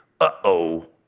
uh-oh